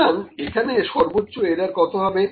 সুতরাং এখানে সর্বোচ্চ এরার কত হবে